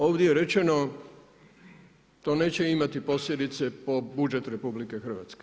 Ovdje je rečeno to neće imati posljedice po budžet RH.